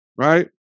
Right